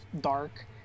dark